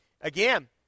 again